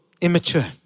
immature